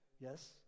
yes